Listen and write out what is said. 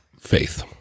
faith